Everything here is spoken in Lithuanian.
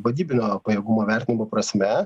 vadybinio pajėgumo vertinimo prasme